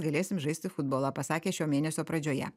galėsim žaisti futbolą pasakė šio mėnesio pradžioje